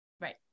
Right